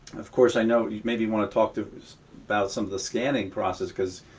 of course, i know you maybe want to talk to us about some of the scanning processes, because